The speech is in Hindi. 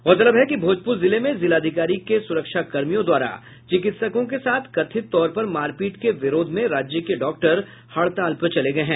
गौरतलब है कि भोजपुर जिले में जिलाधिकारी के सुरक्षाकर्मियों द्वारा चिकित्सकों के साथ कथित तौर पर मारपीट के विरोध में राज्य के डॉक्टर हड़ताल पर चले गये हैं